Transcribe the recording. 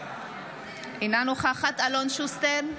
אינה נוכחת אלון שוסטר,